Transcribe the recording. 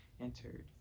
Entered